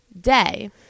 day